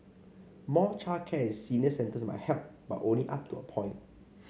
more childcare and senior centres might help but only up to a point